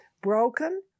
broken